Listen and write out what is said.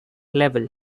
level